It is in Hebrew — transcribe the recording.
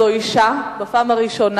מזכיר הכנסת, שזו אשה, בפעם הראשונה.